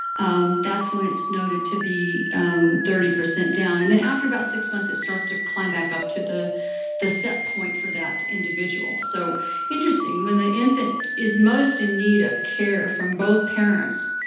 um that's when it's noted to be um thirty percent down. and then after about six months it starts to climb back up to the the set point for that individual. so interesting, when the infant is most in need of care from both parents,